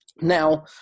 Now